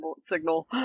signal